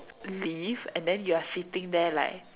leave and then you are sitting there like